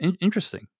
interesting